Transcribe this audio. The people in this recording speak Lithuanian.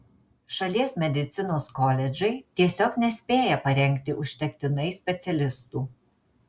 šalies medicinos koledžai tiesiog nespėja parengti užtektinai specialistų